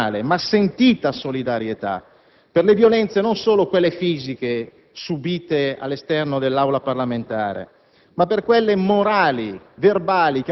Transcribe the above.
ai quali va la mia personale ma sentita solidarietà per le violenze, non solo quelle fisiche subite all'esterno dell'Aula parlamentare,